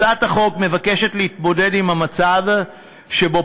הצעת החוק מבקשת להתמודד עם המצב שבו